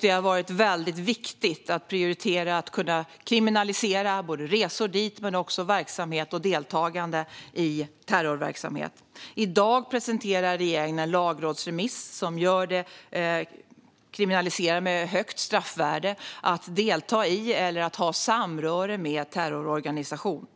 Det har varit viktigt att prioritera en kriminalisering av resor dit men också verksamhet och deltagande i terrorverksamhet. I dag presenterar regeringen en lagrådsremiss som med högt straffvärde kriminaliserar deltagande i eller samröre med terrororganisationer.